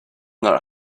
not